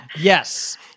Yes